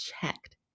checked